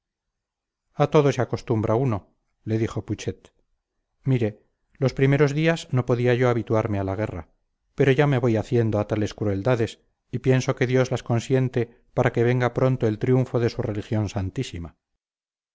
a todo se acostumbra uno le dijo putxet mire los primeros días no podía yo habituarme a la guerra pero ya me voy haciendo a tales crueldades y pienso que dios las consiente para que venga pronto el triunfo de su religión santísima